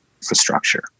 infrastructure